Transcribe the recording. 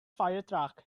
firetruck